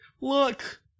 Look